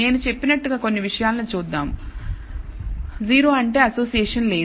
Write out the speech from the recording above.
నేను చెప్పినట్లు కొన్ని విషయాలను చూద్దాం 0 అంటే అసోసియేషన్ లేదు